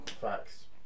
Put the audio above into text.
facts